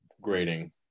grading